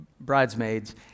bridesmaids